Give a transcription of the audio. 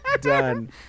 Done